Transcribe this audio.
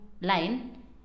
line